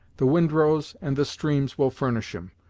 the windrows and the streams will furnish em,